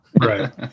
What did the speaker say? Right